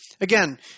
again